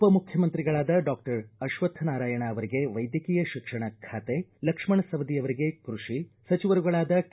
ಉಪಮುಖ್ಯಮಂತ್ರಿಗಳಾದ doctor Ashwathnarayan ಅವರಿಗೆ ವೈದ್ಯಕೀಯ ಶಿಕ್ಷಣ ಖಾತೆ ಲಕ್ಷ್ಣ ಸವದಿ ಅವರಿಗೆ ಕೃಷಿ ಸಚಿವರುಗಳಾದ ಕೆ